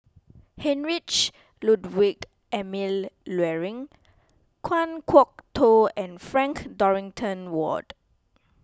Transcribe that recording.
Heinrich Ludwig Emil Luering Kan Kwok Toh and Frank Dorrington Ward